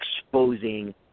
exposing